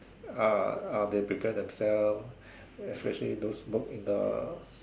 ah ah prepare themselves especially those who work in the